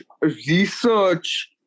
research